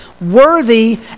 worthy